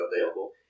available